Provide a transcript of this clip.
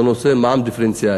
בנושא מע"מ דיפרנציאלי.